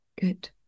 good